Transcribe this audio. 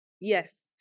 Yes